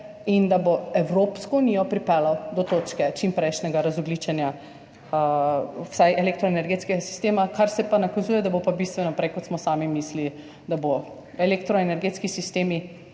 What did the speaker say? in da bo Evropsko unijo pripeljal do točke čimprejšnjega razogljičenja vsaj elektroenergetskega sistema, kar se pa nakazuje, da bo bistveno prej, kot smo sami mislili, da bo. Elektroenergetski sistemi